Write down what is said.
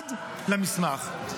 מכובד למסמך.